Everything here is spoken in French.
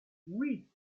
oui